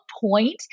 point